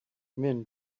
men